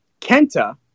Kenta